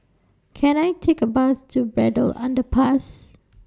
Can I Take A Bus to Braddell Underpass